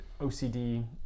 OCD